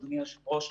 אדוני היושב-ראש,